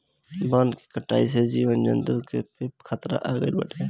वन के कटाई से जीव जंतु के जीवन पे खतरा आगईल बाटे